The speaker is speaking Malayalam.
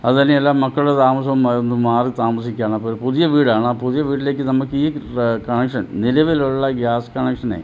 അതു തന്നെയല്ല മക്കൾ താമസം വരുമ്പം മാറി താമസിക്കുകയാണ് അപ്പം പുതിയ വീടാണ് ആ പുതിയ വീട്ടിലേക്ക് നമുക്ക് ഈ കണക്ഷൻ നിലവിലുള്ള ഗ്യാസ് കണക്ഷനെ